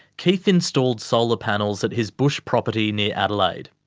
keith installed solar panels at his bush property near adelaide.